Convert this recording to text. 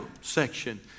section